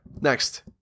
next